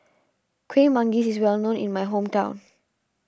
Kuih Manggis is well known in my hometown